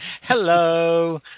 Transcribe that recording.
Hello